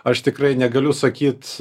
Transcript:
aš tikrai negaliu sakyt